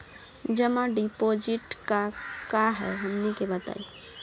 जमा डिपोजिट का हे हमनी के बताई?